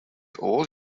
all